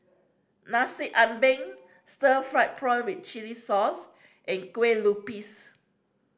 Nasi Ambeng stir fried prawn with chili sauce and kue lupis